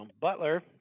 Butler